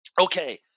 Okay